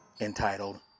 entitled